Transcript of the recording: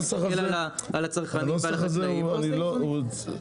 מסתכל על הצרכנים ועל החקלאים ועושה איזונים.